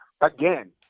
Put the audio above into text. again